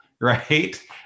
right